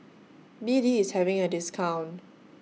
B D IS having A discount